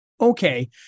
okay